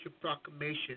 Proclamation